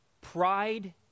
pride